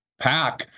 pack